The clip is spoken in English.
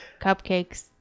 Cupcakes